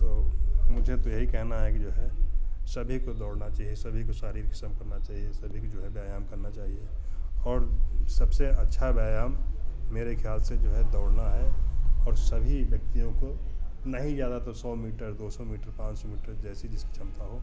तो मुझे तो यही कहना है कि जो है सभी को दौड़ना चाहिए सभी को शारीरिक श्रम करना चाहिए सभी को जो है व्यायाम करना चाहिए और सबसे अच्छा व्यायाम मेरे ख्याल से जो है दौड़ना है और सभी व्यक्तियों को नहीं ज़्यादा तो सौ मीटर दो सौ मीटर पाँच सौ मीटर जैसी जिसकी क्षमता हो